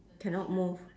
cannot move